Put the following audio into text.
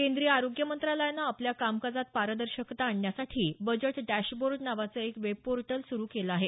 केंद्रीय आरोग्य मंत्रालयानं आपल्या कामकाजात पारदर्शकता आणण्यासाठी बजट डॅशबोर्ड नावाचं एक वेब पोर्टल सुरु केलं आहे